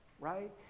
right